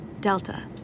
Delta